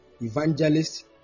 evangelist